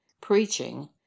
preaching